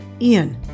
Ian